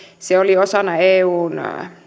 se oli osana eun